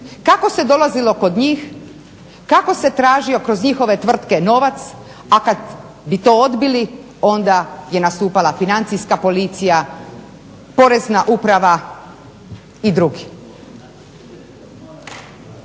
Kako se dolazilo kod njih kako se tražio kroz njihove tvrtke novac, a kada bi to odbili onda bi nastupala Financijska policija, Porezna uprava i drugi.